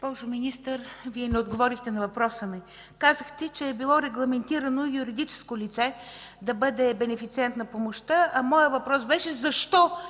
Госпожо Министър, Вие не отговорихте на въпроса ми. Казахте, че било регламентирано юридическо лице да бъде бенефициент на помощта, а моят въпрос беше защо